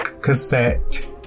cassette